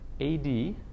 Ad